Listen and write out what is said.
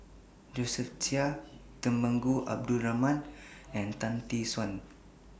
Josephine Chia Temenggong Abdul Rahman and Tan Tee Suan